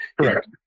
correct